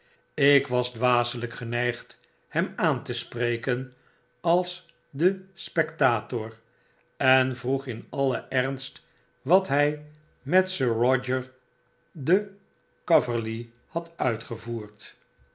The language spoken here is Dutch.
ik was dwaselp geneigd hem aan te spreken als den spectator en vroeg in alien ernstwat htj met sir roger de coverley had uitgevoerd